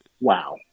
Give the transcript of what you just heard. wow